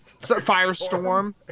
firestorm